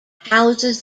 houses